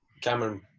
Cameron